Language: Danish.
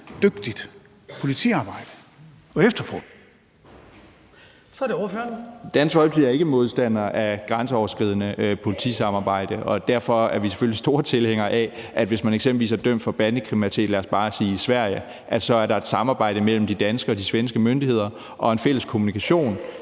17:34 Mikkel Bjørn (DF): Dansk Folkeparti er ikke modstandere af grænseoverskridende politisamarbejde, og derfor er vi selvfølgelig store tilhængere af, at hvis man eksempelvis er dømt for bandekriminalitet, lad os bare sige i Sverige, så er der et samarbejde mellem de danske og de svenske myndigheder og en fælles kommunikation,